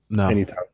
anytime